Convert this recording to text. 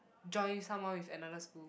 join someone with another school